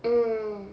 mmhmm